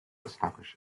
establish